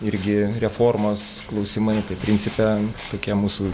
irgi reformos klausimai tai principe tokie mūsų